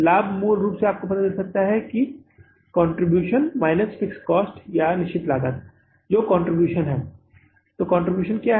लाभ मूल रूप से आपको पता चल सकता है कि कंट्रीब्यूशन माइनस फिक्स्ड कॉस्ट निश्चित लागत है तो यहां योगदान क्या है